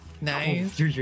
Nice